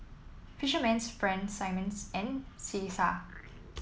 Fisherman's Friends Simmons and Cesar